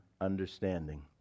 understanding